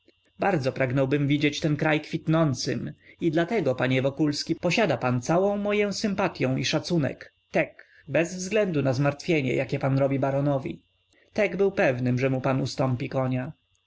bardzo pragnąłbym widzieć ten kraj kwitnącym i dlatego panie wokulski posiada pan całą moję sympatyą i szacunek tek bez względu na zmartwienie jakie pan robi baronowi tek był pewnym że mu pan ustąpi konia